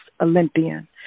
Olympian